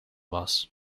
was